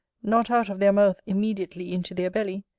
not out of their mouth immediately into their belly,